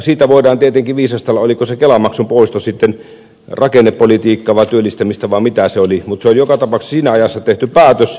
siitä voidaan tietenkin viisastella oliko se kelamaksun poisto sitten rakennepolitiikkaa vai työllistämistä vai mitä se oli mutta se oli joka tapauksessa siinä ajassa tehty päätös